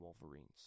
Wolverines